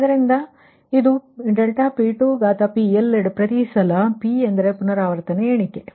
ಆದ್ದರಿಂದ ಇದು ∆P2 ಎಲ್ಲೆಡೆ ಪ್ರತಿ ಸಲ p ಎಂದರೆ ಪುನರಾವರ್ತನೆ ಎಣಿಕೆ